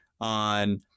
on